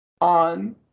on